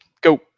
Go